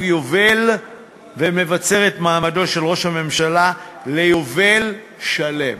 יובל ומבצר את מעמדו של ראש הממשלה ליובל שלם.